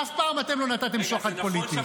אף פעם אתם לא נתתם שוחד פוליטי.